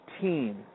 team